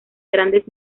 grandes